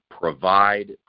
provide